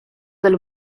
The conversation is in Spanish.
del